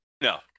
No